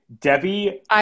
Debbie-